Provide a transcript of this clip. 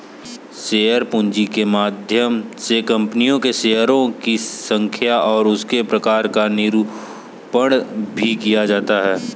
share पूंजी के माध्यम से कंपनी के शेयरों की संख्या और उसके प्रकार का निरूपण भी किया जाता है